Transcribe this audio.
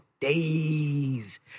days